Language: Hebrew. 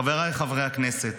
חבריי חברי הכנסת,